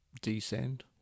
Descend